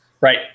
Right